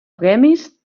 premis